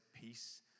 peace